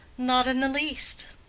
not in the least.